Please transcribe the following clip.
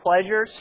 pleasures